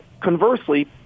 conversely